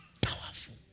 powerful